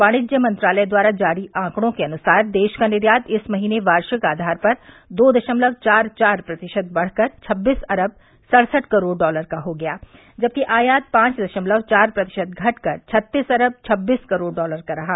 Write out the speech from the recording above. वाणिज्य मंत्रालय द्वारा जारी आंकड़ों के अनुसार देश का निर्यात इस महीने वार्षिक आधार पर दो दशमलव चार चार प्रतिशत बढ़कर छब्बीस अरब सड़सठ करोड़ डॉलर का हो गया जबकि आयात पांच दशमलव चार प्रतिशत घटकर छत्तीस अरब छब्बीस करोड़ डॉलर का रहा